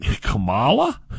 Kamala